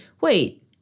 wait